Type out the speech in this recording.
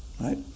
right